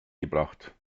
gebracht